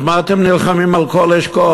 אז מה אתם נלחמים על כל אשכול?